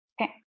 Okay